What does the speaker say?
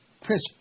Chris